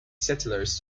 settlers